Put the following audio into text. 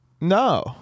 No